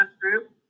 group